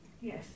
Yes